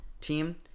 team